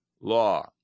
law